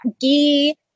ghee